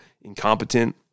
incompetent